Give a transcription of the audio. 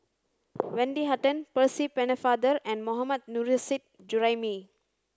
Wendy Hutton Percy Pennefather and Mohammad Nurrasyid Juraimi